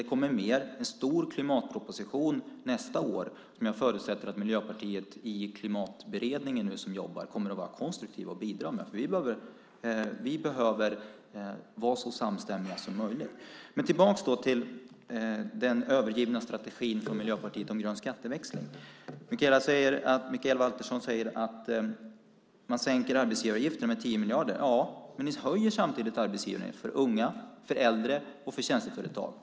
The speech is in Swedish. Det kommer mer, till exempel en stor klimatproposition nästa år som jag förutsätter att miljöpartister i Klimatberedningen som nu jobbar kommer att vara konstruktiva och bidra med, för vi behöver vara så samstämmiga som möjligt. Men låt oss gå tillbaka till den övergivna strategin från Miljöpartiet om grön skatteväxling! Mikaela Valtersson säger att man sänker arbetsgivaravgiften med 10 miljarder. Ja, men ni höjer samtidigt arbetsgivaravgiften för unga, äldre och för tjänsteföretag.